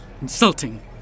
insulting